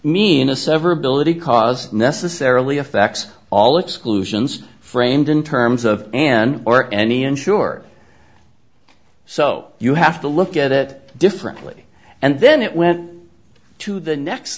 mean a severability cause necessarily effects all exclusions framed in terms of an or any and sure so you have to look at it differently and then it went to the next